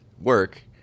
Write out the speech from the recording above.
work